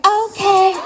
okay